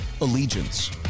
allegiance